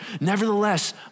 Nevertheless